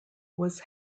was